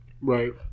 Right